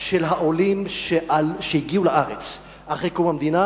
של העולים שהגיעו לארץ אחרי קום המדינה,